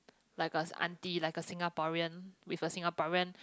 like a auntie like a Singaporean with a Singaporean